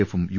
എഫും യു